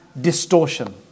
distortion